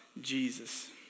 Jesus